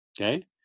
okay